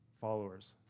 followers